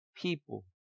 people